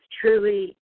truly